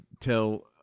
tell